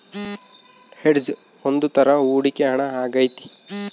hedge ಒಂದ್ ತರ ಹೂಡಿಕೆ ಹಣ ಆಗೈತಿ